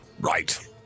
Right